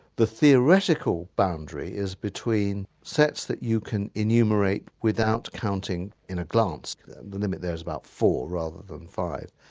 the theoretical boundary is between sets that you can enumerate without counting in a glance and the limit there is about four rather than five.